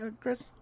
Chris